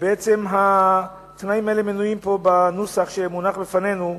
ובעצם התנאים האלה מנויים פה בנוסח שמונח לפנינו.